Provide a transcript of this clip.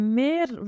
meer